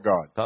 God